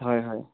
হয় হয়